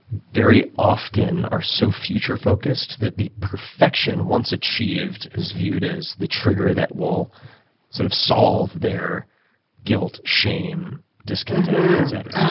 very often are so future focused that the perfection once achieved is viewed as the trigger that will sort of solve their guilt, shame discontent, etc.